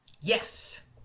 Yes